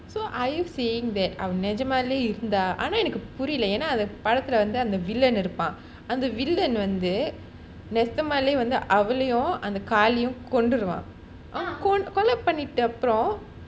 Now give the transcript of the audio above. so are you saying that um அவன் நிஜமாலயே இருந்தான் ஆனா எனக்கு புரியல ஏனா அந்த படத்துல வந்து அந்த:avan nijamaalaye irunthaan aanaa enakku puriyala yaenaa antha padathula vanthu villain இருப்பான் அந்த:iruppan antha villain வந்து நிஜமாலயே வந்து அவளையும் அந்த காலியையும் கொன்றுவான் கொலைபன்னிட்ட அப்போறம்:vanthu nijamaalaiyae vanthu avalaiyum antha kaaliyaiyum kondruvaan kolaipannita apporam